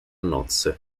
nozze